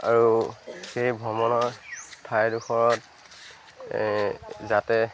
আৰু সেই ভ্ৰমণৰ ঠাইডখৰত যাতে